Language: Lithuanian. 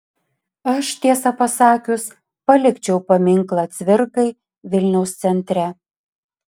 aš tiesą pasakius palikčiau paminklą cvirkai vilniaus centre